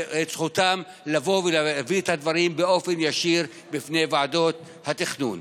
בזכותם לבוא ולהביא את הדברים באופן ישיר בפני ועדות התכנון.